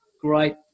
Great